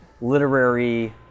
literary